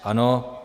Ano?